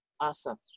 Awesome